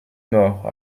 mord